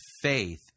faith